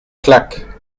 claque